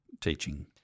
teaching